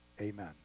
Amen